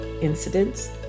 incidents